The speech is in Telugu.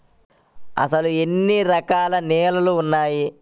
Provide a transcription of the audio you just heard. అసలు ఎన్ని రకాల నేలలు వున్నాయి?